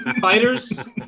fighters